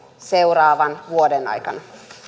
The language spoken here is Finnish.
seuraavan vuoden aikana